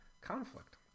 conflict